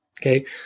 okay